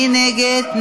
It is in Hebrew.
מי נגד?